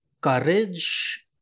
courage